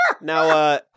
Now